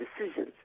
decisions